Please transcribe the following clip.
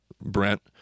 Brent